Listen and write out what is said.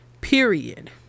Period